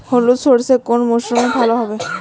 হলুদ সর্ষে কোন মরশুমে ভালো হবে?